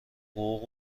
حقوق